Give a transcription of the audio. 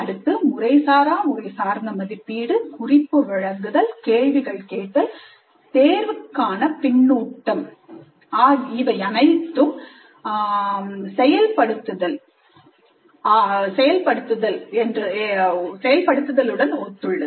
அடுத்து முறைசாரா முறைசார்ந்த மதிப்பீடு குறிப்பு வழங்குதல் கேள்விகள் கேட்டல் தேர்வுக்கான பின்னூட்டம் இவை அனைத்தும் செயல்படுத்துதல் ஒத்துள்ளது